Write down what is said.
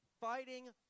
fighting